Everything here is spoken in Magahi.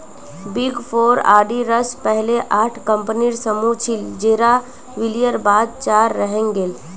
बिग फॉर ऑडिटर्स पहले आठ कम्पनीर समूह छिल जेरा विलयर बाद चार टा रहेंग गेल